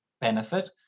benefit